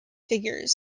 figures